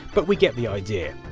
but we get the idea.